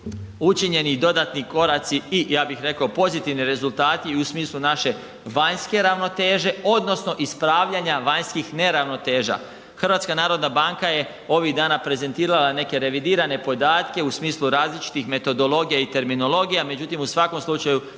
učinjeni dodatni koraci i ja bih rekao pozitivni rezultati i u smislu naše vanjske ravnoteže odnosno ispravljanja vanjskih neravnoteža. HNB je ovih dana prezentirala neke revidirane podatke u smislu različitih metodologija i terminologija međutim u svakom slučaju